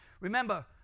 remember